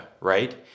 right